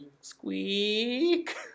Squeak